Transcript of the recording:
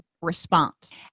response